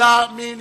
מי נמנע?